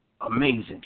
amazing